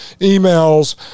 emails